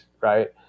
Right